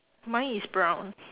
mine is brown